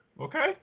Okay